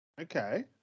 Okay